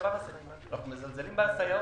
מזלזלים בסייעות.